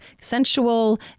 sensual